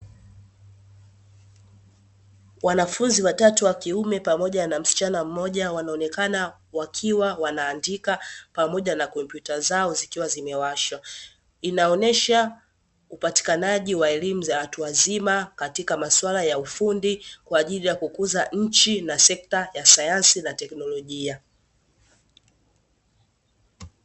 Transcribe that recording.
Wanafunzi watatu wakiume pamoja na msichana mmoja, wanaonekana wakiwa wanaandika pamoja na kompyuta zao zikiwa zimewashwa. Inaonyesha upatikanaji wa elimu za watu wazima katika maswala ya ufundi kwa ajili ya kukuza nchi na sekta ya sayansi na teknolojia.